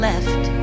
left